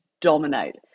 dominate